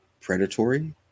predatory